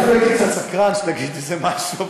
אני הייתי אפילו קצת סקרן שתגיד איזה משהו,